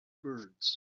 birds